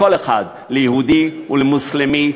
לכל אחד: ליהודי ולמוסלמי,